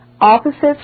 Opposites